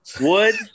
Wood